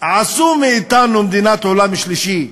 עשו מאתנו מדינת עולם שלישי,